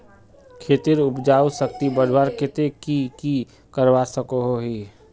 खेतेर उपजाऊ शक्ति बढ़वार केते की की करवा सकोहो ही?